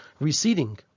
receding